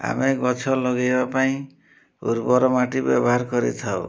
ଆମେ ଗଛ ଲଗେଇବା ପାଇଁ ଉର୍ବର ମାଟି ବ୍ୟବହାର କରିଥାଉ